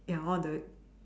ya all the